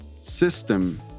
System